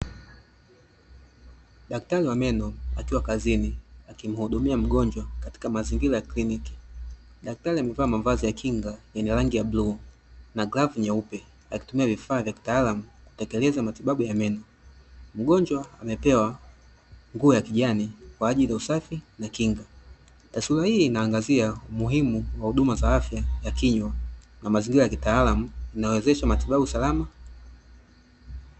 Daktari wa meno akiwa kazini akimuhudumia mgonjwa katika mazingira ya kliniki, daktari amevaa mavazi ya kinga yenye rangi ya bluu na glavu nyeupe akitumia vifaa vya kitaalamu kuekeleza matibabu ya meno, mgonjwa amepewa nguo ya kijani kwa ajili ya usafi na kinga, taswira hii inaangazia umuhimu wa huduma za afya ya kinywa na mazingira ya kitaalamu inayowezesha matibabu salama.